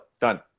done